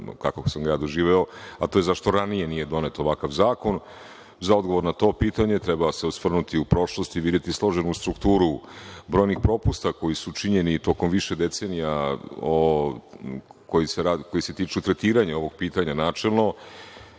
kako sam ga ja doživeo, a to je zašto ranije nije donet ovakav zakon. Za odgovor na to pitanje treba se osvrnuti u prošlosti, videti složenu strukturu brojnih propusta koji su činjeni tokom više decenija, koji se tiču tretiranja ovog pitanja načelno.